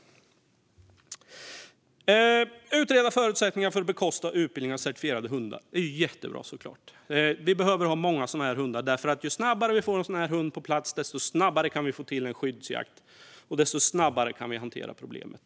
När det gäller att utreda förutsättningarna för att bekosta utbildning av certifierade hundar är det jättebra, såklart. Vi behöver ha många sådana här hundar, därför att ju snabbare vi får en sådan här hund på plats, desto snabbare kan vi få till en skyddsjakt och desto snabbare kan vi hantera problemet.